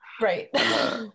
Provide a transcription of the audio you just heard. right